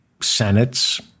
Senate's